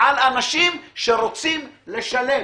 על אנשים שרוצים לשלם.